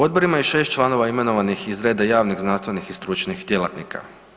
Odbor ima i 6 članova imenovanih iz reda javnih, znanstvenih i stručnih djelatnika.